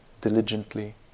diligently